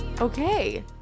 Okay